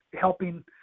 helping